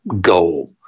goal